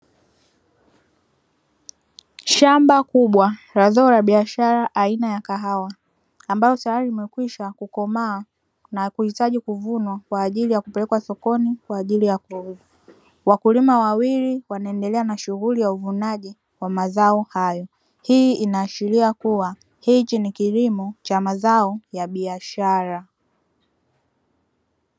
Shamba kubwa la zao la biashara aina ya kahawa ambayo tayari imekwisha kukomaa na kuhitaji kuvunwa kwa ajili ya kupelekwa sokoni kwa ajili ya kuuzwa. Wakulima wawili wanaendelea na shughuli ya uvunaji wa mazao hayo. Hii inaashiria kuwa hichi ni kilimo cha mazao ya biashara.